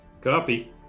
copy